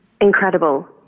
Incredible